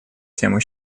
тему